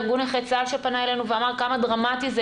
ארגון נכי צה"ל פנה אלינו ואמר כמה דרמטי זה